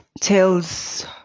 tells